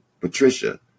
Patricia